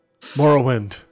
Morrowind